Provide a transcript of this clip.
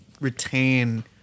retain